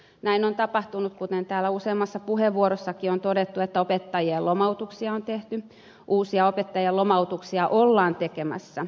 näin on tapahtunut kuten täällä useammassa puheenvuorossakin on todettu että opettajien lomautuksia on tehty uusia opettajien lomautuksia ollaan tekemässä